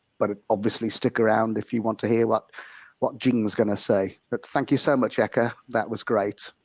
but obviously stick around if you want to hear what what jing's going to say. but thank you so much eka, that was great.